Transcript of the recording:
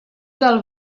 del